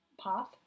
path